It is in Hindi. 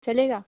चलेगा